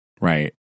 Right